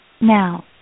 now